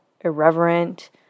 irreverent